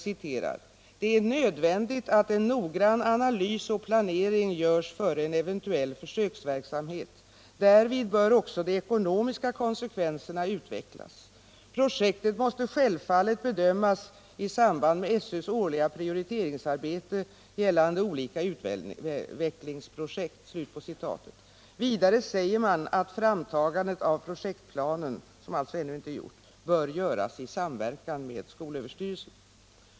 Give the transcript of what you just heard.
”Det är ——-—- nödvändigt att en noggrann analys och planering —-—- görs före en eventucll försöksverksamhet. Därvid bör också de ekonomiska konsekvenserna utvecklas. Projektet måste självfallet bedömas i samband med SÖ:s årliga prioriteringsarbete gällande olika utvecklingsprojekt.” Vidare säger man att framtagandet av projektplanen, vilket alltså ännu inte är gjort. bör göras i samverkan med skolöverstyrelsen.